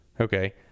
Okay